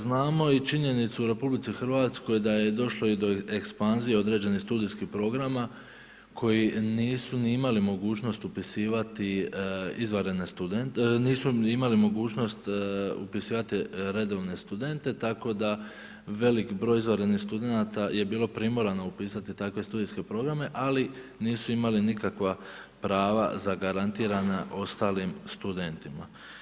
Znamo i činjenicu u RH da je došlo i do ekspanzije određenih studijskih programa koji nisu ni imali mogućnost upisivati izvanredne studente, nisu ni imali mogućnost upisivati redovne studente tako da velik broj izvanrednih studenata je bilo primorano upisati takve studijske programe ali nisu imali nikakva prava zagarantirana ostalim studentima.